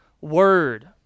word